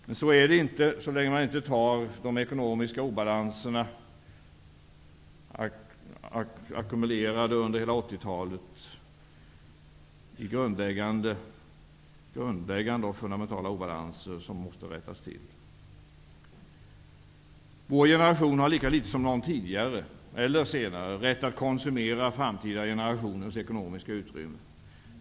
Men så är det inte så länge man inte får bukt med de ekonomiska obalanserna som har ackumulerats under hela 1980-talet. Dessa grundläggande och fundamentala obalanser måste rättas till. Vår generation har lika litet som någon tidigare eller senare rätt att konsumera framtida generationers ekonomiska utrymme.